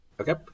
Okay